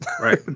Right